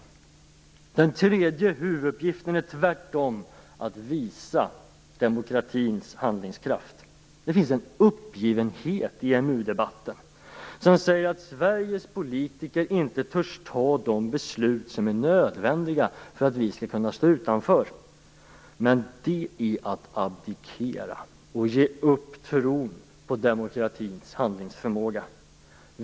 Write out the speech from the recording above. Den tredje huvuduppgiften är tvärtom att visa demokratins handlingskraft. Det finns en uppgivenhet i EMU-debatten, där det sägs att Sveriges politiker inte törs fatta de beslut som är nödvändiga för att vi skall kunna stå utanför. Men det är att abdikera och ge upp tron på demokratins handlingsförmåga.